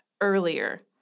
earlier